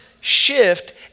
shift